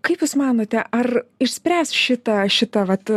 kaip jūs manote ar išspręs šitą šitą vat